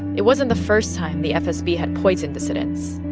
it wasn't the first time the fsb had poisoned dissidents,